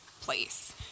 place